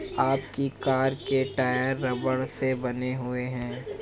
आपकी कार के टायर रबड़ से बने हुए हैं